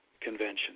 convention